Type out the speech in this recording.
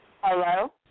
Hello